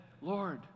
Lord